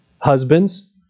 Husbands